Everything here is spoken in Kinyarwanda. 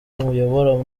muyobora